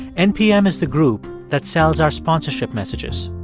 npm is the group that sells our sponsorship messages.